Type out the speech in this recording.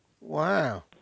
Wow